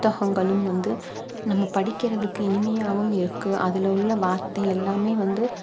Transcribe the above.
புத்தகங்களும் வந்து நம்ம படிக்கிறதுக்கு இனிமையாகவும் இருக்குது அதில் உள்ள வார்த்தை எல்லாமே வந்து